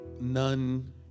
none